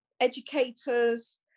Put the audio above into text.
educators